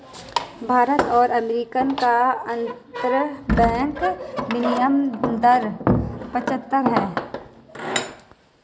भारत और अमेरिका का अंतरबैंक विनियम दर पचहत्तर है